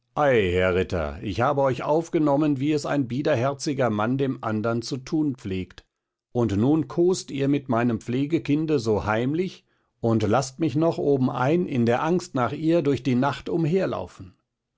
herr ritter ich habe euch aufgenommen wie es ein biederherziger mann dem andern zu tun pflegt und nun kost ihr mit meinem pflegekinde so heimlich und laßt mich noch obenein in der angst nach ihr durch die nacht